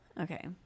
okay